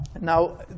Now